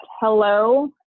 hello